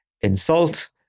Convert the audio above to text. insult